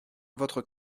votre